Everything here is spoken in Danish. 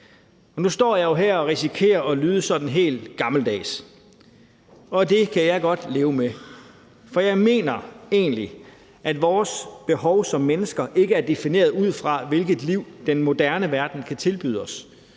Nu står jeg jo her og risikerer at lyde sådan helt gammeldags, og det kan jeg godt leve med, for jeg mener egentlig, at vores behov som mennesker ikke er defineret ud fra, hvilket liv den moderne verden kan tilbyde os,